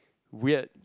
weird